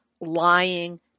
lying